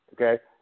okay